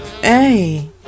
Hey